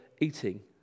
eating